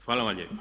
Hvala vam lijepa.